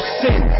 sin